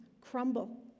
crumble